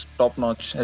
top-notch